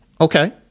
Okay